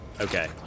Okay